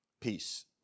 peace